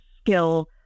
skill